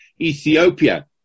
Ethiopia